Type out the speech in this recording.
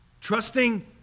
trusting